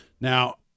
Now